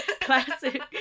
Classic